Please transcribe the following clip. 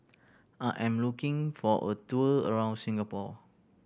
I am looking for a tour around Singapore